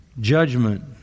Judgment